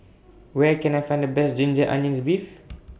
Where Can I Find The Best Ginger Onions Beef